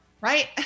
right